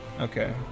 Okay